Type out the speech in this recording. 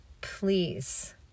please